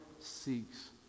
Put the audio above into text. seeks